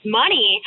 money